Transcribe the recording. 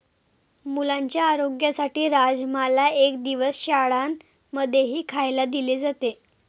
मुलांच्या आरोग्यासाठी राजमाला एक दिवस शाळां मध्येही खायला दिले जाते